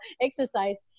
exercise